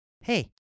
Hey